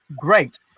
great